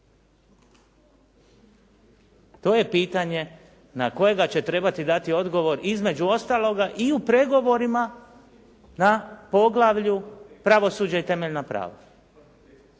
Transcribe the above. To je pitanje na kojega će trebati dati odgovor između ostaloga i u pregovorima na poglavlju «Pravosuđe i temeljna prava».